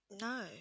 No